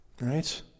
right